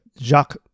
Jacques